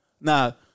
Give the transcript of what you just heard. Now